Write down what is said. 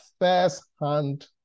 first-hand